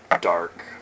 dark